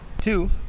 Two